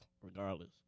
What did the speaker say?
regardless